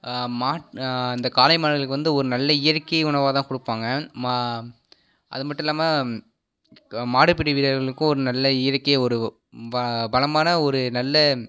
மாட் இந்த காளை மாடுகளுக்கு வந்து ஒரு நல்ல இயற்கை உணவாகதான் கொடுப்பாங்க மா அது மட்டும் இல்லாமல் மாடுப்பிடி வீரர்களுக்கும் ஒரு நல்ல இயற்கை ஒரு வ வளமான ஒரு நல்ல